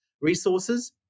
resources